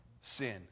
Sin